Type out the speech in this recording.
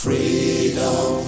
Freedom